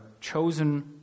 chosen